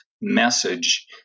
message